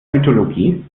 mythologie